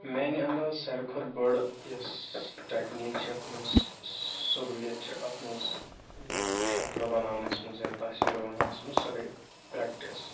میٛانہِ اَنداز ساروی کھۄتہٕ بٔڑ یۄس ٹٮ۪کنیٖک چھِ اَتھ منٛز سہوٗلِیت چھِ اَتھ منٛز یَتھ شکلہٕ بَناونَس منٛز یا تصویٖر بَناونَس منٛز سۄ گٔے پرٛٮ۪کٹِس